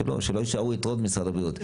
שלא יישארו יתרות במשרד הבריאות.